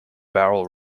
barrel